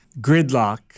gridlock